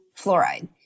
fluoride